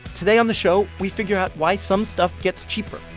today on the show, we figure out why some stuff gets cheaper,